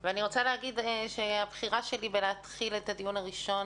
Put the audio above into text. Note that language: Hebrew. אני מסכימה ואני רוצה להגיד שהבחירה שלי להתחיל את הדיון הראשון